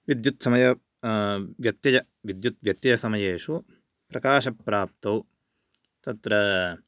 विद्युत् समय व्यत्यय विद्युत्व्यत्ययसमयेषु प्रकाशप्राप्तौ तत्र